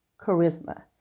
charisma